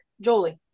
Jolie